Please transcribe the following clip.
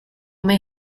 may